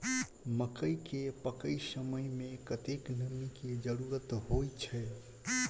मकई केँ पकै समय मे कतेक नमी केँ जरूरत होइ छै?